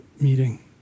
meeting